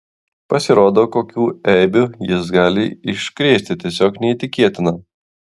pasirodo kokių eibių jis gali iškrėsti tiesiog neįtikėtina